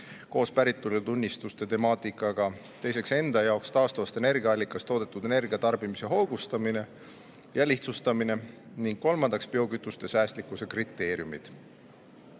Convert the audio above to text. koos päritolutunnistuste temaatikaga. Teiseks, enda jaoks taastuvast energiaallikast toodetud energia tarbimise hoogustamine ja lihtsustamine. Kolmandaks, biokütuste säästlikkuse kriteeriumid. Suuremad